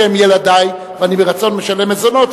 שהם ילדי ואני ברצון משלם מזונות,